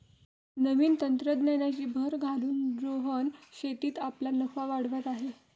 नवीन तंत्रज्ञानाची भर घालून रोहन शेतीत आपला नफा वाढवत आहे